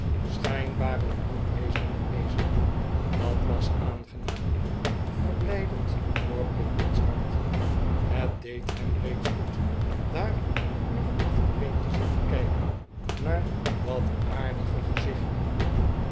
schijnbaar ook druk bezig met lezen dat was aangenaam verblijdend voor pipkin's hart het deed hem reeds goed daar uren achtereen te zitten kijken naar dat aardige gezichtje